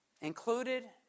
included